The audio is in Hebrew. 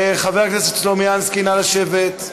חבר הכנסת סלומינסקי, נא לשבת.